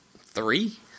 Three